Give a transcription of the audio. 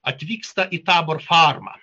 atvyksta į taborfarmą